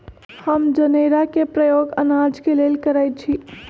हम जनेरा के प्रयोग अनाज के लेल करइछि